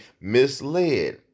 misled